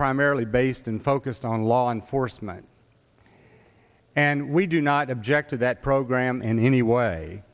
primarily based in focused on law enforcement and we do not object to that program in any way